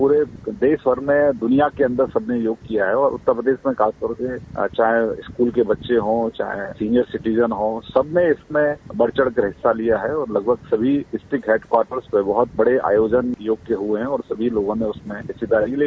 पूरे देश भर में दुनिया के अन्दर सबने योग किया है और उत्तर प्रदेश ने खास तौर से चाहे स्कूल के बच्चे हों चाहे सीनियर सिटिजन हों सब ने इसमें बढ़ चढ़कर हिस्सा लिया है और लगभग सभी डिस्ट्रिक हेड क्वार्टर पर बहुत बड़े आयोजन योग हुये हैं और सभी लोगों ने उसमें हिस्सेदारी ली